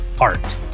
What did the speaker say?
art